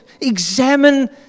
Examine